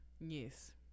Yes